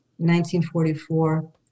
1944